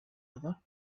other